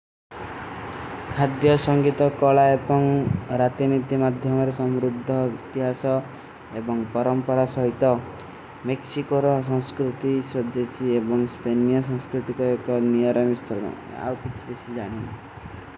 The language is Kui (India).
ଖାଧ୍ଯା ସଂଗୀତା, କଳା ଏପନ୍ଗ, ରାତେ ନିର୍ଦୀ ମାଧ୍ଯମାର ସମ୍ରୁଦ୍ଧା, ଅଗତିଯାସା ଏବଂଗ ପରମ୍ପରା ସହିତା। ମେକ୍ସୀକ ଔର ସଂସ୍କୃତି, ସ୍ଵଧେଶୀ ଏବଂଗ ସ୍ପେନ୍ମିଯା ସଂସ୍କୃତି କା ଏକ ନିଯାରାମି ସ୍ଥଲ୍ମ। ଆଓ ପିଛ ପିଛ ଜାନୀ।